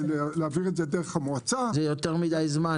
להעביר את זה דרך המועצה --- זה יותר מדיי זמן,